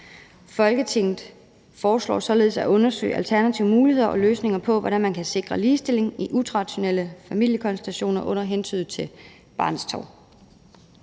Folketinget foreslår således at undersøge alternative muligheder og løsninger på, hvordan man kan sikre ligestilling i utraditionelle familiekonstellationer under hensyn til barnets